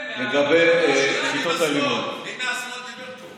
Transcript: למה אתה מתעלם, הינה, השמאל דיבר פה.